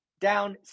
down